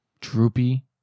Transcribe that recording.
Droopy